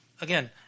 Again